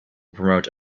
promote